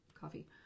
coffee